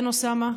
כן, אוסאמה.